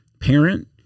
parent